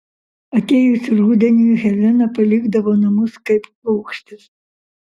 atėjus rudeniui helena palikdavo namus kaip paukštis